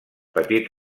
petits